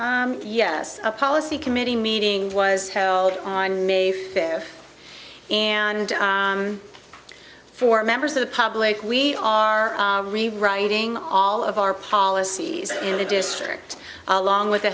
few yes a policy committee meeting was held on may fair and for members of the public we are rewriting all of our policies in the district along with the